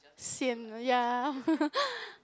sian ya